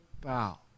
bow